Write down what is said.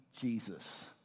Jesus